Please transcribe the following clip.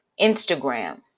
Instagram